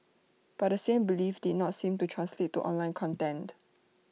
but the same belief did not seem to translate to online content